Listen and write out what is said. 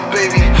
baby